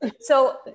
So-